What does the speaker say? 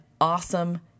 awesome